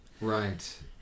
Right